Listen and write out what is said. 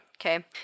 Okay